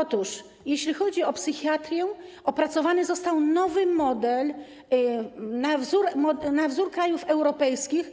Otóż jeśli chodzi o psychiatrię, opracowany został nowy model na wzór modelu z krajów europejskich